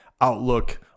outlook